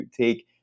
take